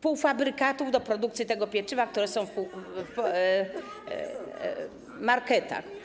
półfabrykatów do produkcji tego pieczywa, które są w marketach.